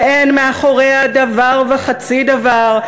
שאין מאחוריה דבר וחצי דבר,